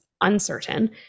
uncertain